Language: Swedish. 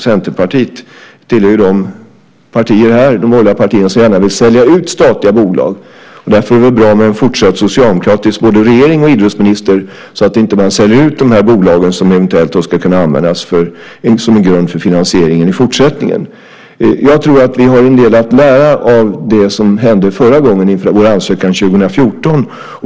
Centerpartiet tillhör ju de partier - de borgerliga partierna - som gärna vill sälja ut statliga bolag. Därför vore det väl bra med en fortsatt socialdemokratisk både regering och idrottsminister, så att man inte säljer ut de bolag som eventuellt ska kunna användas som en grund för finansiering i fortsättningen. Jag tror att vi har en del att lära av det som hände förra gången inför vår ansökan 2014.